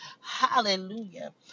Hallelujah